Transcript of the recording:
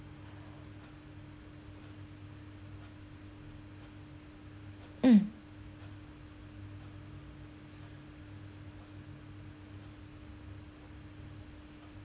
mm